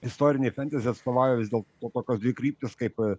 istorinei fentezi atstovauja vis dėlto tokios dvi kryptys kaip